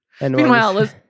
Meanwhile